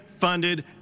funded